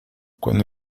cuando